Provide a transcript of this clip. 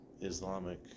islamic